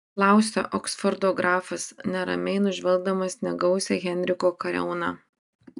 klausia oksfordo grafas neramiai nužvelgdamas negausią henriko kariauną